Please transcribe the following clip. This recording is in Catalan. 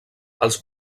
els